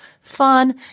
fun